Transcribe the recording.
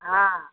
हाँ